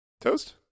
Toast